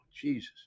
Jesus